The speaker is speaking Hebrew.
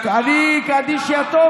אני קדיש יתום,